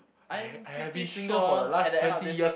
I'm pretty sure at the end of this